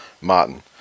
Martin